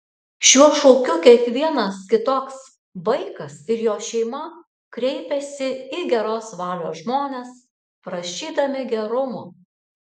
šiuo šūkiu kiekvienas kitoks vaikas ir jo šeima kreipiasi į geros valios žmones prašydami gerumo